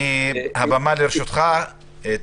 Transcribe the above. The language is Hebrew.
הבמה לרשותך,